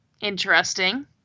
Interesting